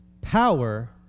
Power